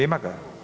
Ima ga?